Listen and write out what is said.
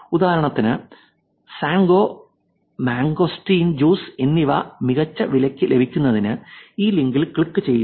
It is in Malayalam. ഉദാഹരണത്തിന് സേൻഗോ മാംഗോസ്റ്റീൻ ജ്യൂസ് എന്നിവ മികച്ച വിലയ്ക്ക് ലഭിക്കുന്നതിന് ഈ ലിങ്കിൽ ക്ലിക്ക് ചെയ്യുക